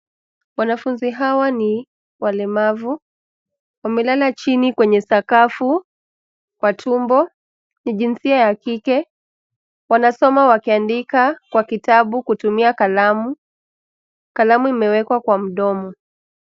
Wanafunzi hawa ni walemavu. Wamelala chini kwenye sakafu kwa tumbo, ni jinsia ya kike. Wanasoma wakiandika kwa kitabu kutumia kalamu, kalamu imewekwa kwa mdomo.